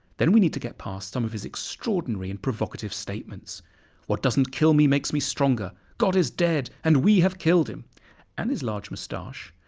then we need to get past some of his extraordinary and provocative statements what doesn't kill me makes me stronger god is dead! and we have killed him and his large moustache.